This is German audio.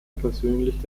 persönlich